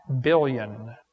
billion